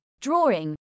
drawing